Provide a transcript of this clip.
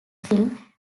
film